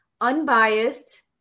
unbiased